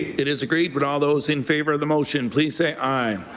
it is agreed. would all those in favor of the motion please say eye.